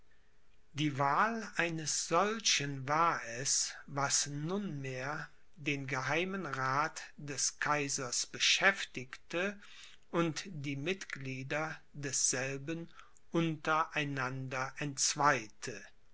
die wahl eines solchen war es was nunmehr den geheimen rath des kaisers beschäftigte und die mitglieder desselben